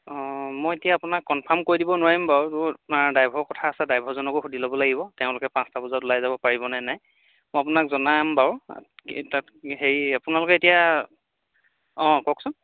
অঁ মই এতিয়া আপোনাক কনফাৰ্ম কৰি দিব নোৱাৰিম বাৰু আপোনাৰ ড্ৰাইভাৰ কথা আছে ড্ৰাইভাৰজনকো সুধি ল'ব লাগিব তেওঁলোকে পাঁচটা বজাত ওলাই যাব পাৰিবনে নাই মই আপোনাক জনাম বাৰু তাত হেৰি আপোনালোকে এতিয়া অঁ কওকচোন